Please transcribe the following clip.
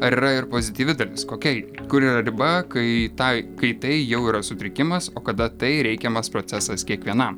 ar yra ir pozityvi dalis kokia ji kur yra riba kai tai kai tai jau yra sutrikimas o kada tai reikiamas procesas kiekvienam